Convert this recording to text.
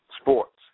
sports